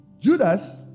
Judas